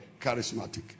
charismatic